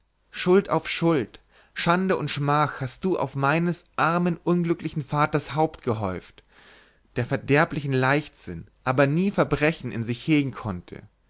schuld auf schuld schande und schmach hast du auf meines armen unglücklichen vaters haupt gehäuft der verderblichen leichtsinn aber nie verbrechen in sich hegen konnte